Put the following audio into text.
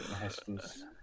Heston's